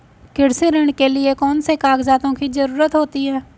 कृषि ऋण के लिऐ कौन से कागजातों की जरूरत होती है?